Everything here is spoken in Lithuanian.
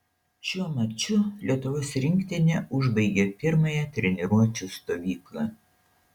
šiuo maču lietuvos rinktinė užbaigė pirmąją treniruočių stovyklą